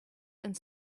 and